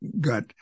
got